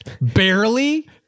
Barely